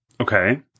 Okay